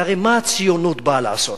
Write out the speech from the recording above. והרי מה הציונות באה לעשות?